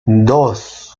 dos